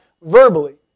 verbally